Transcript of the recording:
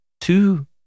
two